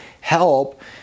help